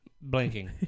blinking